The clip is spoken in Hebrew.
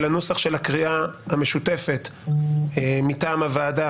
על הנוסח של הקריאה המשותפת מטעם הוועדה